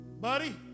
buddy